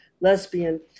lesbian